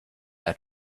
are